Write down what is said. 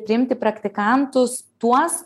priimti praktikantus tuos